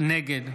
נגד